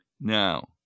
Now